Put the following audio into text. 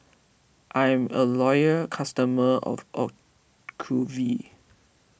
I'm a loyal customer of Ocuvite